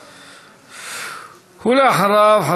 ואחריו,